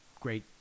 great